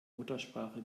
muttersprache